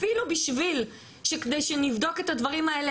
אפילו בשביל שכדי שנבדוק את הדברים האלה,